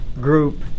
group